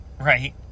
right